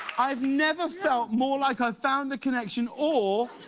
i've never felt more like i found a connection or